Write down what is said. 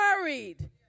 worried